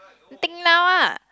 think now ah